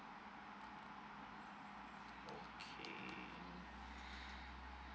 okay